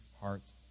hearts